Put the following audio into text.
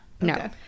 No